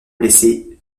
blessé